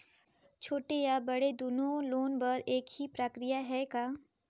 छोटे या बड़े दुनो लोन बर एक ही प्रक्रिया है का?